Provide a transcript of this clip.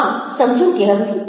આમ સમજણ કેળવવી તે